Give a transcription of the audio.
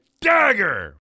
dagger